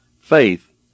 faith